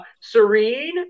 serene